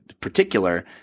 particular